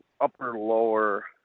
upper-lower